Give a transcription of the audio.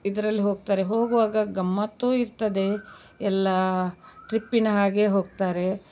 ಇದರಲ್ಲಿ ಹೋಗ್ತಾರೆ ಹೋಗುವಾಗ ಗಮ್ಮತ್ತು ಇರ್ತದೆ ಎಲ್ಲ ಟ್ರಿಪ್ಪಿನ ಹಾಗೆ ಹೋಗ್ತಾರೆ